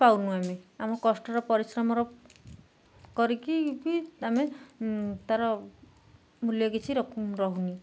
ପାଉନୁ ଆମେ ଆମ କଷ୍ଟର ପରିଶ୍ରମର କରିକି ବି ଆମେ ତା'ର ମୂଲ୍ୟ କିଛି ରହୁନି